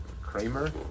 Kramer